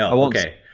ah okay.